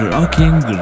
Rocking